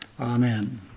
Amen